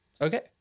Okay